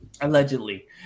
allegedly